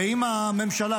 ואם הממשלה,